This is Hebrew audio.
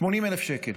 80,000 שקל,